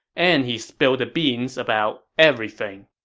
and he spilled the beans about everything.